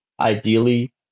ideally